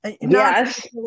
Yes